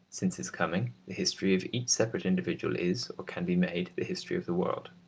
since his coming the history of each separate individual is, or can be made, the history of the world.